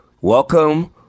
Welcome